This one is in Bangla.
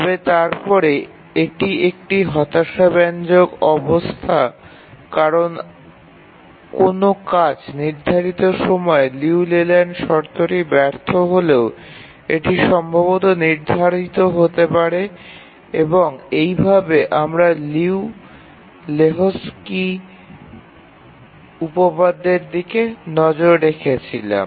তবে তারপরে এটি একটি হতাশাব্যঞ্জক অবস্থা কারণ কোনও কাজ নির্ধারিত সময়ে লিউ লেল্যান্ড শর্তটি ব্যর্থ হলেও এটি সম্ভবত নির্ধারিত হতে পারে এবং এইভাবে আমরা লিউ এবং লেহোকস্কির উপপাদ্যের দিকে নজর রেখেছিলাম